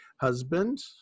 husband